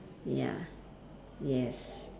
ya yes